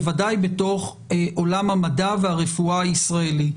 בוודאי בתוך עולם המדע והרפואה הישראלי,